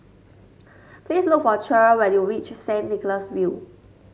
please look for Cher when you reach Saint Nicholas View